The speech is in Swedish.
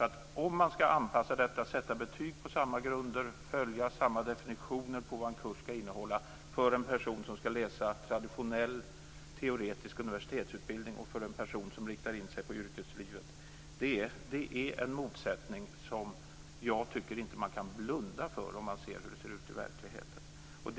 Att försöka anpassa detta, sätta betyg på samma grunder och följa samma definitioner på vad en kurs skall innehålla för en person som skall läsa traditionell teoretisk universitetsutbildning som för en person som riktar in sig på yrkeslivet, är en motsättning som vi inte kan blunda för om vi ser hur det är i verkligheten.